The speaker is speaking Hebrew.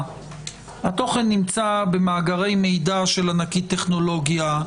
התוכן נמצא במאגרי מידע של ענקית טכנולוגיה,